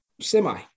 semi